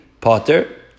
Potter